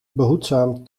behoedzaam